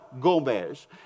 Gomez